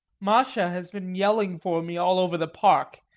masha has been yelling for me all over the park.